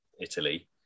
Italy